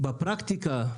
-- בפרקטיקה,